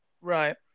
Right